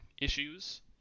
issues